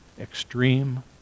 Extreme